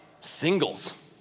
singles